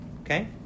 Okay